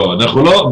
לא.